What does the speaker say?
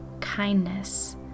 kindness